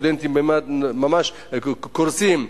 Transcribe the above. הסטודנטים ממש קורסים,